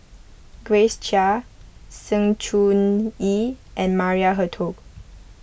Grace Chia Sng Choon Yee and Maria Hertogh